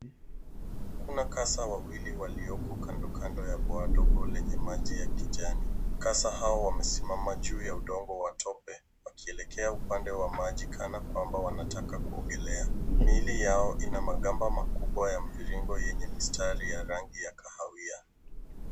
Kuna kasa wawili walioko kando kando ya bwawa dogo lenye maji ya kijani. Kasa hao wamesimama juu ya udongo wa tope, wakielekea upande wa maji kana kwamba wanataka kuogelea. Miili yao ina magamba makubwa ya mviringo yenye mistari ya rangi ya kahawia.